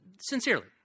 sincerely